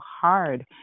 hard